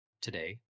today